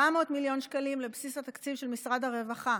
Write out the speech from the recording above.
700 מיליון שקלים לבסיס התקציב של משרד הרווחה,